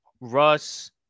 Russ